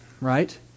right